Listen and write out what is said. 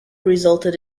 resulted